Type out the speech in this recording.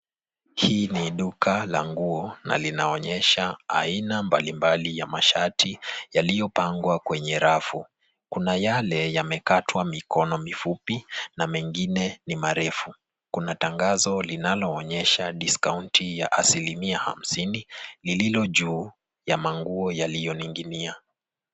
Hii ni duka la nguo na linaonyesha aina mbalimbali ya mashati yaliyopangwa kwenye rafu. Kuna yale yamekatwa mikono mifupi na mengine ni marefu. Kuna tangazo linaloonyesha diskaunti ya asilimia hamsini lililo juu ya manguo yaliyoning'inia.